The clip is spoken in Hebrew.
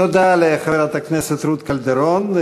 תודה לחברת הכנסת רות קלדרון.